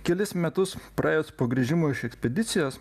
kelis metus praėjus po grįžimo iš ekspedicijos